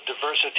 diversity